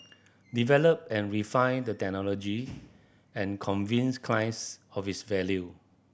develop and refine the technology and convince clients of its value